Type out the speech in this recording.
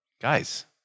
Guys